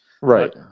Right